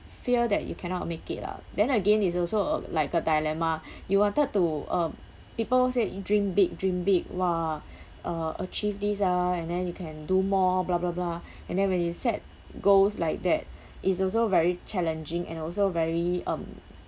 fear that you cannot make it lah then again it's also uh like a dilemma you wanted to uh people say you dream big dream big !wah! uh achieve these ah and then you can do more blah blah blah and then when you set goals like that it's also very challenging and also very um